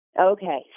okay